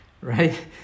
right